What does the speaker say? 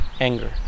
anger